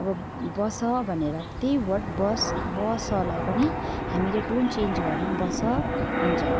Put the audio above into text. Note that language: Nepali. अब बस भनेर त्यही वर्ड बस बसलाई पनि हामीले टोन चेन्ज भयो भने बस हुन्छ